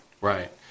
Right